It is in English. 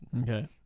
Okay